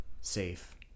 safe